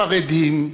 חרדים,